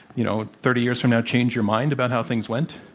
you know, thirty years from now, change your mind about how things went?